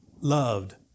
loved